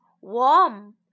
Warm